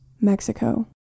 Mexico